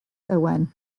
owen